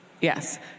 Yes